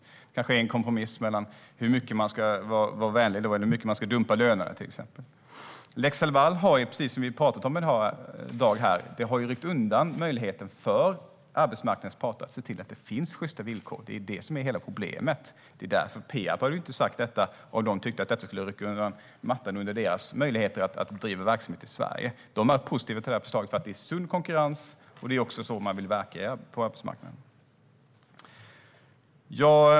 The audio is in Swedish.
Man har kanske kompromissat om till exempel hur mycket man ska dumpa lönerna. Lex Laval har, precis som vi har pratat om här i dag, ryckt undan möjligheten för arbetsmarknadens parter att se till att det finns sjysta villkor. Det är det som är problemet. Peab hade ju inte sagt detta om man hade tyckt att det skulle rycka undan mattan för Peabs möjlighet att bedriva verksamhet i Sverige. Peab är positiv till det här förslaget för att det bidrar till sund konkurrens, och det är så man vill verka på arbetsmarknaden.